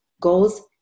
goals